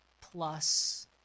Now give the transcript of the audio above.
plus